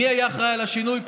מי היה אחראי לשינוי?